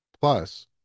Plus